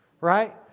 right